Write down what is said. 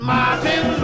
Martin